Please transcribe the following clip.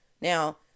now